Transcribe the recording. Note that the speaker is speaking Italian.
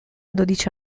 dodici